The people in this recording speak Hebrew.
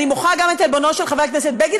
ואני תובעת גם את עלבונו של חבר הכנסת בגין,